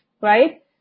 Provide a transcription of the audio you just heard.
right